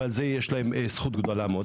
ועל זה יש להם זכות גדולה מאוד.